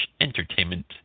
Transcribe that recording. entertainment